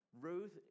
Ruth